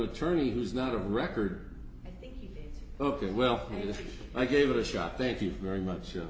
attorney who's not a record ok well if i gave it a shot thank you very much